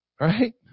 Right